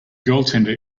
goaltender